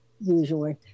usually